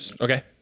Okay